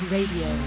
Radio